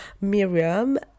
Miriam